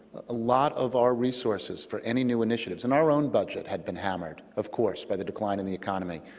a lot of our resources for any new initiatives, and our own budget had been hammered, of course, by the decline in the economy.